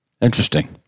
Interesting